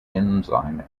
enzyme